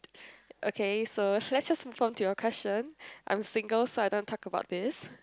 okay so let's just move on to your question I am single so I don't want to talk about this